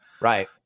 Right